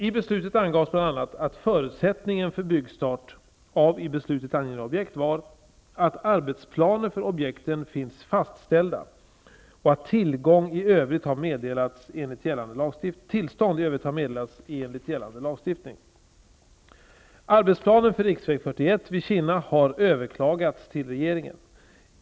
I beslutet angavs bl.a. att förutsättningen för byggstart av i beslutet angivna objekt var att arbetsplaner för objekten finns fastställda och att tillstånd i övrigt har meddelats enligt gällande lagstiftning. Arbetsplanen för riksväg 41 vid Kinna har överklagats till regeringen.